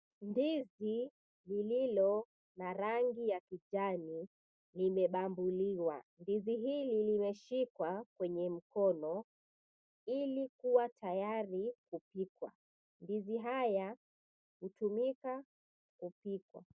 Ndizi lililo na rangi ya kijani limebambuliwa, ndizi hili limeshikwa kwenye mkono ilikuwa tayari kupikwa, ndizi haya hutumika kupikwa.